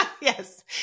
Yes